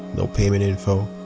no payment info.